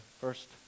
first